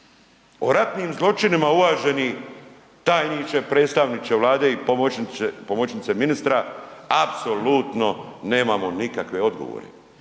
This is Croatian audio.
O ratnim zločinima uvaženi tajniče predstavniče Vlade i pomoćnice ministra apsolutno nemamo nikakve odgovore.